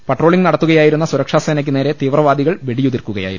patrolling നടത്തുകയായിരുന്ന സുരക്ഷാ സേനക്ക് നേരെ തീവ്രവാദികൾ വെടിയുതിർക്കുകയായിരുന്നു